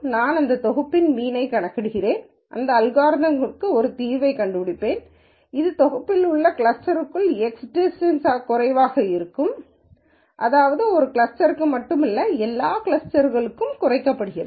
நான் அந்த தொகுப்பின் மீன்யை கணக்கிடுவேன் இந்த அல்காரிதம்களுக்கு ஒரு தீர்வைக் கண்டுபிடிப்பேன் இது தொகுப்பில் உள்ள கிளஸ்டர்க்குள் x டிஸ்டன்ஸ் குறைவாக இருக்கும் அதாவது ஒரு கிளஸ்டருக்கு மட்டுமல்ல எல்லா கிளஸ்டர்களுக்கும் குறைக்கப்படுகிறது